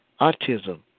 autism